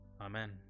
Amen